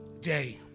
day